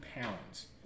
pounds